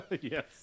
Yes